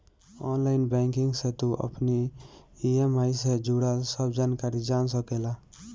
online banking से तू अपनी इ.एम.आई जे जुड़ल सब जानकारी जान सकेला